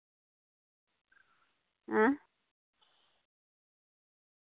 ᱦᱮᱸ